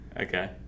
Okay